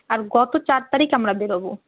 আর গত চার তারিখ আমরা বেরোবো